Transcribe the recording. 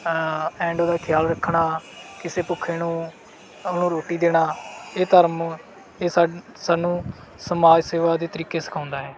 and ਉਹਦਾ ਖਿਆਲ ਰੱਖਣਾ ਕਿਸੇ ਭੁੱਖੇ ਨੂੰ ਉਹਨੂੰ ਰੋਟੀ ਦੇਣਾ ਇਹ ਧਰਮ ਇਹ ਸਾ ਸਾਨੂੰ ਸਮਾਜ ਸੇਵਾ ਦੇ ਤਰੀਕੇ ਸਿਖਾਉਂਦਾ ਹੈ